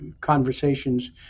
conversations